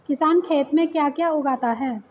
किसान खेत में क्या क्या उगाता है?